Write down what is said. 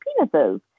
penises